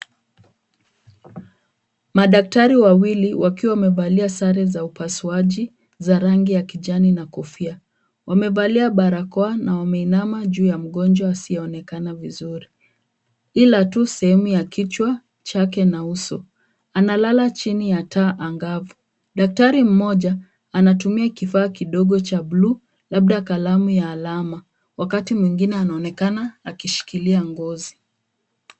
Madaktari wawili wakiwa wamevalia sare za upasuaji za rangi ya kijani na kofia. Wamevalia barakoa na wameinama juu ya mgonjwa asiyeonekana vizuri ila tu sehemu ya kichwa chake na uso. Analala chini ya taa angavu. Daktari mmoja anatumia kifaa kidogo cha buluu labda kalamu ya alama wakati mwingine anaonekana akishikilia ngozi.